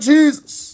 Jesus